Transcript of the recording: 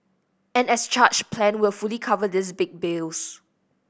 an as charged plan will fully cover these big bills